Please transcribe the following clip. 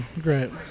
great